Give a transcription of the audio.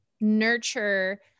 nurture